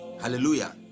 hallelujah